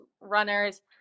runners